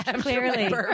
Clearly